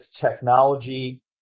technology